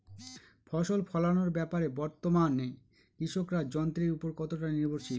ফসল ফলানোর ব্যাপারে বর্তমানে কৃষকরা যন্ত্রের উপর কতটা নির্ভরশীল?